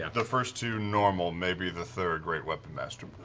the first two normal, maybe the third great weapon master,